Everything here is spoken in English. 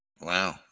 Wow